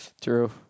True